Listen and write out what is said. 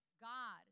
God